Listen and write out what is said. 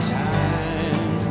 time